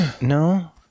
No